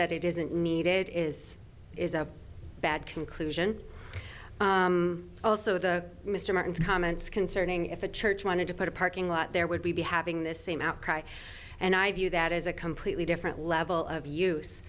that it isn't needed is is a bad conclusion also the mr martin's comments concerning if a church wanted to put a parking lot there would we be having this same outcry and i view that as a completely different level of use